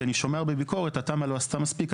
כי אני שומע בביקורת שהתמ"א לא עשתה מספיק.